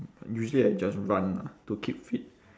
usually I just run lah to keep fit